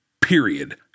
Period